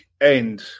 end